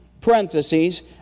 parentheses